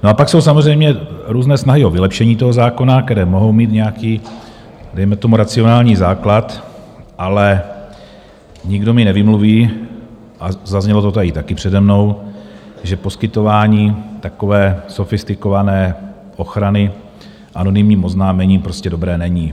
A pak jsou samozřejmě různé snahy o vylepšení toho zákona, které mohou mít nějaký dejme tomu racionální základ, ale nikdo mi nevymluví a zaznělo to tady taky přede mnou že poskytování takové sofistikované ochrany anonymním oznámením prostě dobré není.